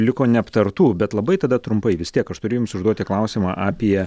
liko neaptartų bet labai tada trumpai vis tiek aš turiu jums užduoti klausimą apie